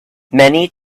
many